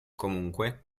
comunque